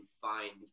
find